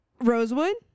rosewood